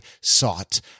sought